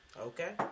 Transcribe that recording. okay